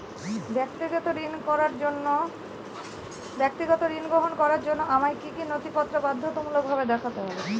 ব্যক্তিগত ঋণ গ্রহণ করার জন্য আমায় কি কী নথিপত্র বাধ্যতামূলকভাবে দেখাতে হবে?